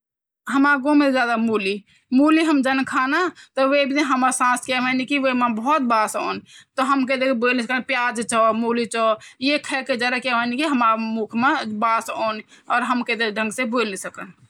क्वे भी जानवर चीन अपह मालिक ते सबब प्यार कण तह मुर्गा भी अपह मालिक तेह पेहचादू छे ची जब वेकु मालिक आलू तोह वे उडी उडी तेह वेकी तरफ जांदू की हं ये मेरु मालिक आएगी और क्वे ओर ौलो तोह वो उडी तेह दूसरी तरफ चली जांद